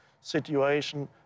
situation